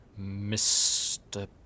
Mr